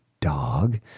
dog